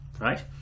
right